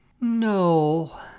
No